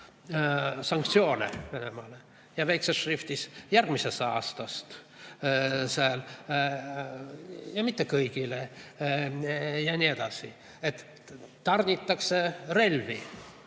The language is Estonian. sanktsioone Venemaale, ja väikses šriftis: järgmisest aastast ja mitte kõigile. Ja nii edasi. Tarnitakse relvi